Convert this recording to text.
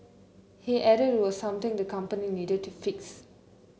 he added it was something the company needed to fix